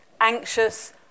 anxious